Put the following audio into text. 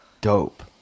dope